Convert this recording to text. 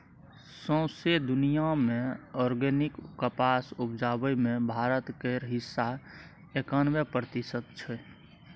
सौंसे दुनियाँ मे आर्गेनिक कपास उपजाबै मे भारत केर हिस्सा एकानबे प्रतिशत छै